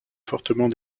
fortement